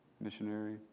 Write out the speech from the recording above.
missionary